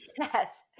Yes